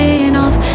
enough